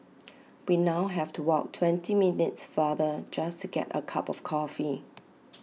we now have to walk twenty minutes farther just to get A cup of coffee